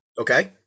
Okay